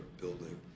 building